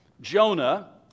Jonah